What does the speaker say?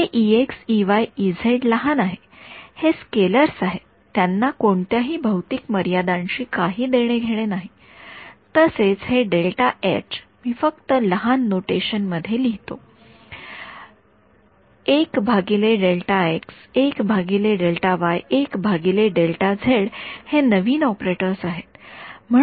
हे लहान आहे हे स्केलेरआहेत त्यांना कोणत्याही भौतिक मर्यादांशी काही देणे घेणे नाही तसेच हे मी फक्त लहान नोटेशन मध्ये लिहितो हे नवीन ऑपरेटर आहेत